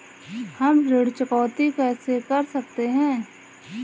हम ऋण चुकौती कैसे कर सकते हैं?